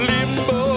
Limbo